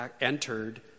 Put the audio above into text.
entered